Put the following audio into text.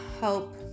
help